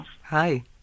Hi